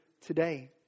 today